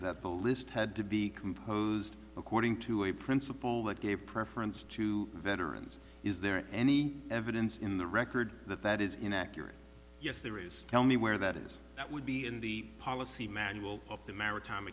that the list had to be composed according to a principle that gave preference to veterans is there any evidence in the record that that is inaccurate yes there is tell me where that is that would be in the policy manual of the maritime